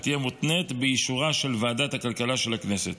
תהיה מותנית באישורה של ועדת הכלכלה של הכנסת.